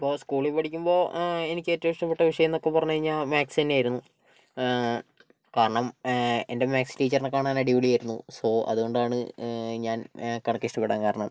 അപ്പോൾ സ്കൂളിൽ പഠിക്കുമ്പോൾ എനിക്ക് ഏറ്റവും ഇഷ്ടപ്പെട്ട വിഷയം എന്നൊക്കെ പറഞ്ഞ് കഴിഞ്ഞാൽ മാത്സ് തന്നെയായിരുന്നു കാരണം എൻ്റെ മാത്സ് ടീച്ചറിനെ കാണാൻ അടിപൊളിയായിരുന്നു സോ അതുകൊണ്ടാണ് ഞാൻ കണക്ക് ഇഷ്ടപ്പെടാൻ കാരണം